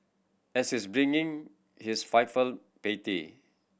and is brimming his filial piety